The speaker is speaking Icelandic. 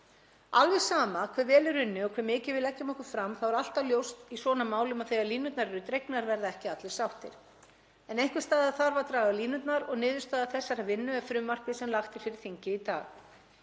Alveg sama hve vel er unnið og hve mikið við leggjum okkur fram þá er alltaf ljóst í svona málum að þegar línurnar eru dregnar verða ekki allir sáttir. En einhvers staðar þarf að draga línurnar og niðurstaða þessarar vinnu er frumvarpið sem lagt var fyrir þingið í dag.